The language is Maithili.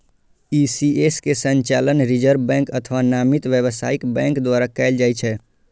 ई.सी.एस के संचालन रिजर्व बैंक अथवा नामित व्यावसायिक बैंक द्वारा कैल जाइ छै